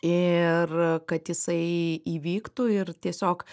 ir kad jisai įvyktų ir tiesiog